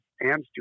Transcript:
Amsterdam